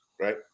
right